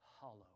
hollow